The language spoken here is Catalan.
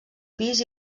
pis